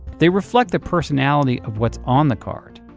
they reflect the personality of what's on the card.